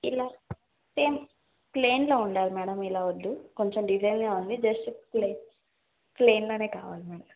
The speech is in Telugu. ఇలా సేమ్ ప్లేయిన్లో ఉండాలి మేడం ఇలా వద్దు కొంచెం డిజైన్గా ఉంది జస్ట్ ప్లేయిన్లోనే కావాలి